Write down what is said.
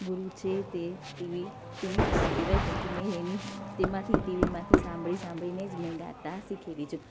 ગુરુ છે તે ટીવી ટીવી જ કહેવાય કેમ કે મેં એની તેમાંથી ટીવીમાંથી સાંભળી સાંભળીને જ મેં ગાતા શીખી બી છું